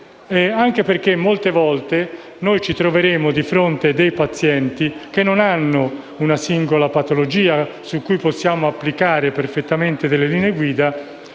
fronte. Molte volte ci troveremo di fronte pazienti che non hanno una singola patologia su cui poter applicare perfettamente le linee guida.